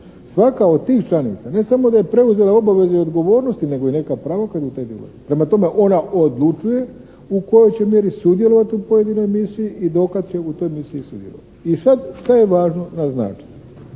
svaka od tih članica ne samo da je preuzela obaveze i odgovornosti nego i neka prava kad je u to ulazila. Prema tome, ona odlučuje u kojoj će mjeri sudjelovati u pojedinoj misiji i do kad će u toj misiji sudjelovati. I sad, šta je važno naznačiti.